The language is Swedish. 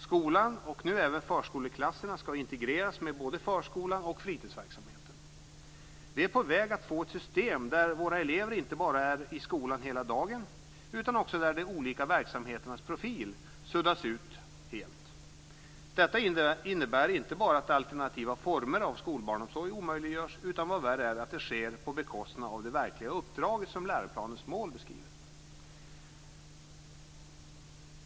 Skolan och nu även förskoleklasserna skall integreras med både förskolan och fritidsverksamheten. Vi är på väg att få ett system där eleverna inte bara är i skolan hela dagen, utan också där de olika verksamheternas profil suddas ut helt. Detta innebär inte bara att alternativa former av skolbarnomsorg omöjliggörs, utan vad värre är att det sker på bekostnad av det verkliga uppdraget som läroplanernas mål beskriver.